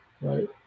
right